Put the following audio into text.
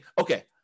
okay